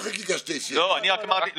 למשל על מעבדות יש לי ויכוח קשה עם משרד הבריאות,